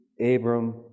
Abram